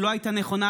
שאתה יודע,